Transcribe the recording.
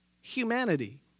humanity